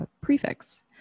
prefix